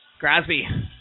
Grasby